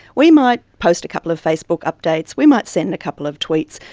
we might post a couple of facebook updates, we might send a couple of tweets,